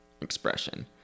expression